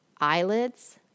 eyelids